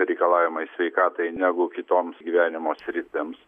reikalavimai sveikatai negu kitoms gyvenimo sritims